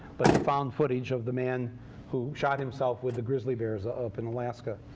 but the found footage of the man who shot himself with the grizzly bears ah up in alaska.